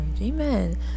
amen